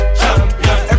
champion